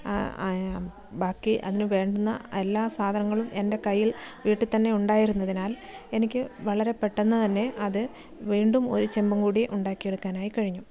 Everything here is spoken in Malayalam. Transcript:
ബാക്കി അതിന് വേണ്ടുന്ന എല്ലാ സാധനങ്ങളും എൻ്റെ കയ്യിൽ വീട്ടിൽ തന്നെ ഉണ്ടായിരുന്നതിനാൽ എനിക്ക് വളരെ പെട്ടെന്ന് തന്നെ അത് വീണ്ടും ഒരു ചെമ്പും കൂടി ഉണ്ടാക്കിയെടുക്കാനായി കഴിഞ്ഞു